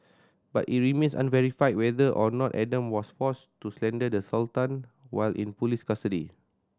but it remains unverified whether or not Adam was forced to slander the Sultan while in police custody